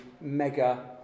mega